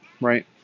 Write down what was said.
right